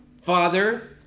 Father